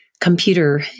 computer